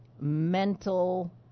mental